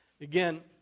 Again